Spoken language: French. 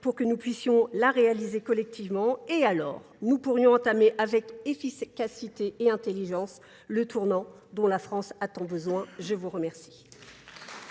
pour que nous puissions la réaliser collectivement et alors nous pourrions entamer avec efficacité et intelligence le tournant dont la France a tant besoin. Je vous remercie.